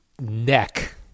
neck